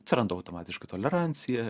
atsiranda automatiškai tolerancija